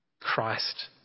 Christ